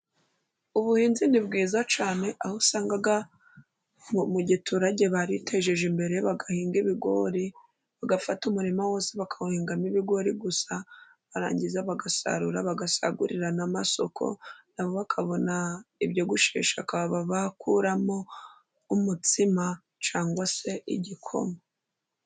Ubuhinzi ni bwiza cyane aho usanga mu giturage baritejeje imbere, bagahinga ibigori bagafata umurima wose bakawuhingamo ibigori gusa, barangiza bagasarura bagasagurira n'amasoko, nabo bakabona ibyo gushesha bakaba bakuramo umutsima cyangwa se igikoma.